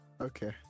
okay